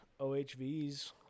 OHVs